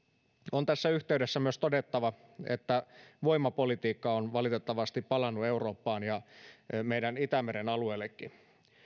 on tässä yhteydessä todettava myös että voimapolitiikka on valitettavasti palannut eurooppaan ja meidän itämeren alueellekin